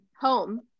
home